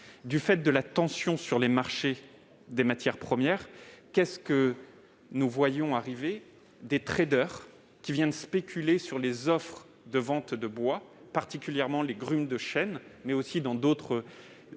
Du fait de la tension sur les marchés des matières premières, nous voyons arriver des qui viennent spéculer sur les offres de vente de bois, particulièrement les grumes de chêne, mais aussi d'autres